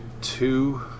two